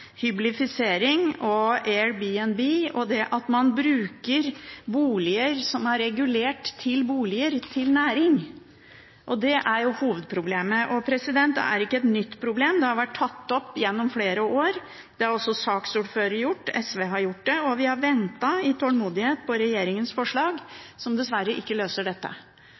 og at man bruker boliger som er regulert til boliger, til næring. Det er hovedproblemet. Det er ikke et nytt problem, det har vært tatt opp gjennom flere år. Det har også saksordføreren gjort, SV har gjort det, og vi har ventet i tålmodighet på regjeringens forslag, som dessverre ikke løser dette. Problemet er at dette skjer, og høringen i komiteen ga et veldig klart bilde av hvordan dette